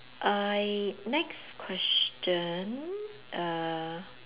I next question err